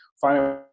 find